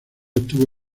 obtuvo